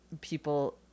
people